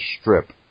strip